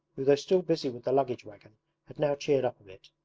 who though still busy with the luggage wagon had now cheered up a bit.